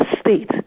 state